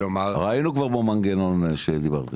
הרי היינו כבר פה במנגנון שדיברתם.